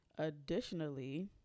Additionally